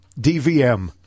DVM